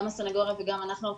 גם הסנגוריה וגם אנחנו,